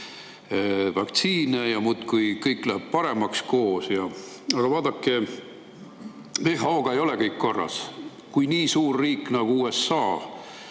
vaktsiine ja muudkui kõik läheb paremaks koos [tegutsedes]. Aga vaadake, WHO-ga ei ole kõik korras, kui nii suur riik, nagu USA,